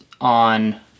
on